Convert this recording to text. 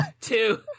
two